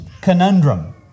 conundrum